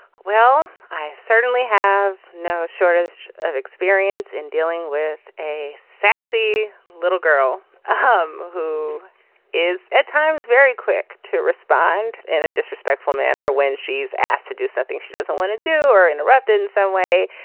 well i certainly have no shortage of experience in dealing with a sassy little girl um who is at times very quick to respond in a disrespectful manner when she's asked to do something she doesn't want to do or interrupted in some way.